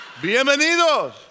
Bienvenidos